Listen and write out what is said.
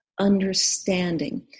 understanding